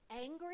angry